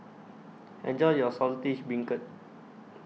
Enjoy your Saltish Beancurd